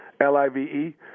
L-I-V-E